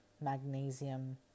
magnesium